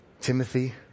Timothy